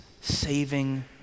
saving